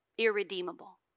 irredeemable